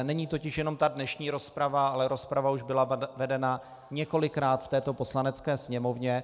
Není totiž jenom ta dnešní rozprava, ale rozprava už byla vedena několikrát v této Poslanecké sněmovně.